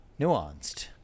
nuanced